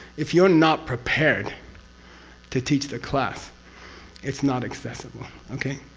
if you're not prepared to teach the class it's not accessible. okay?